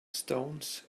stones